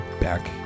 Back